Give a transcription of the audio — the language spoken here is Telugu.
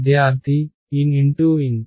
విద్యార్థి N x N